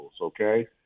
okay